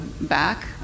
back